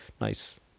Nice